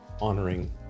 honoring